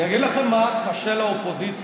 אני אגיד לכם מה קשה לאופוזיציה.